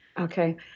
okay